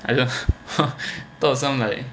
I just thought some like